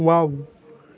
wow